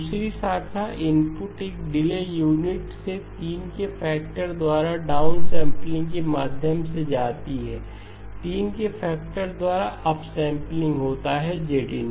दूसरी शाखा इनपुट एक डिले यूनिट से 3 के फैक्टर द्वारा डाउन सैंपलिंग के माध्यम से जाती है 3 के फैक्टर द्वारा अप सैंपलिंग होता हैZ 1